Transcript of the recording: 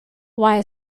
via